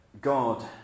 God